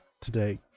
today